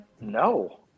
No